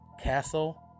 Castle